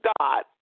God